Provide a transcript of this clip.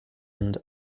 and